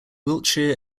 wiltshire